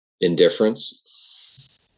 indifference